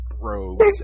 robes